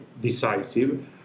decisive